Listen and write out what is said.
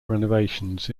renovations